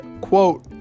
quote